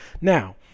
Now